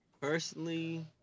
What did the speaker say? personally